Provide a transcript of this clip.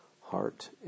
heart